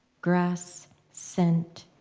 grass scent,